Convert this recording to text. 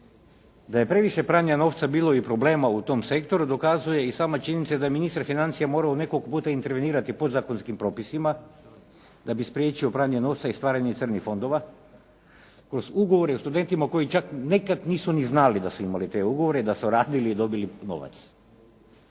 da je previše pranja novca bilo i problema u tom sektoru dokazuje i sama činjenica da je ministar financija morao nekoliko puta intervenirati podzakonskim propisima da bi spriječio pranje novca i stvaranje crnih fondova kroz ugovore o studentima koji čak nekad nisu ni znali da su imali ugovore i da su radili i dobili novac.